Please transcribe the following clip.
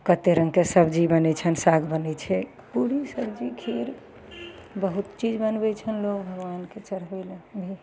कते रङ्गके सब्जी बनय छनि साग बनय छै पूरी सब्जी खीर बहुत चीज बनबय छनि लोग भगवानके चढ़बय लए भी